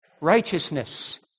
Righteousness